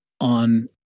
on